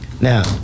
Now